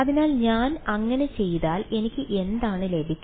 അതിനാൽ ഞാൻ അങ്ങനെ ചെയ്താൽ എനിക്ക് എന്താണ് ലഭിക്കുക